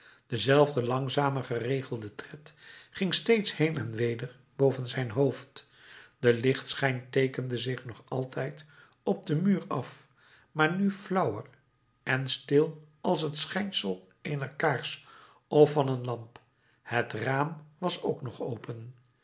dezelfde langzame geregelde tred ging steeds heen en weder boven zijn hoofd de lichtschijn teekende zich nog altijd op den muur af maar nu flauwer en stil als het schijnsel eener kaars of van een lamp het raam was ook nog open